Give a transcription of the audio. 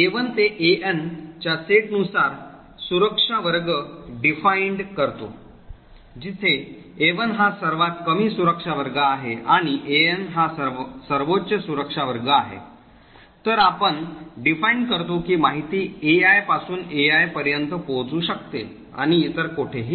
A1 ते AN च्या set नुसार सुरक्षा वर्ग परिभाषित करतो जिथे A1 हा सर्वात कमी सुरक्षा वर्ग आहे आणि AN हा सर्वोच्च सुरक्षा वर्ग आहे तर आपण परिभाषित करतो की माहिती AI पासून AI पर्यंत पोहोचू शकते आणि इतर कोठेही नाही